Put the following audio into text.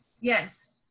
yes